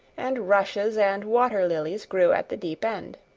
and rushes and water-lilies grew at the deep end.